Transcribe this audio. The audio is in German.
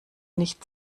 nicht